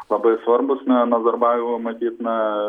labai svarbūs na nazarbajevui matyt na